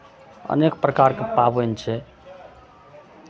अनेक प्रकारके पाबनि छै